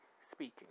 speaking